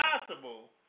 impossible